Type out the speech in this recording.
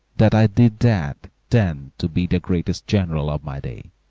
that i did that, than to be the greatest general of my day.